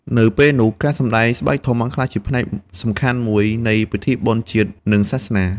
នៅពេលនោះ ការសម្ដែងស្បែកធំបានក្លាយជាផ្នែកសំខាន់មួយនៃពិធីបុណ្យជាតិ និងសាសនា។